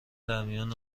درمیان